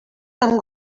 amb